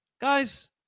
Guys